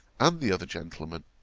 and the other gentleman,